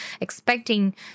expecting